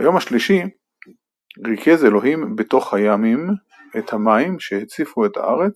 ביום השלישי ריכז אלוהים בתוך הימים את המים שהציפו את הארץ,